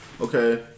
okay